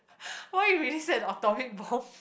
why you reset the atomic bomb